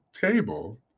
table